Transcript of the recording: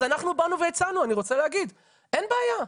אז אנחנו באנו והצענו, אני רוצה להגיד, אין בעיה.